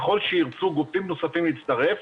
ככל שירצו גופים נוספים להצטרף,